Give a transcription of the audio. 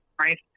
right